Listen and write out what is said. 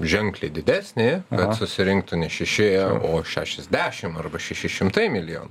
ženkliai didesnį susirinktų ne šeši o šešiasdešim arba šeši šimtai milijonų